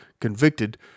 convicted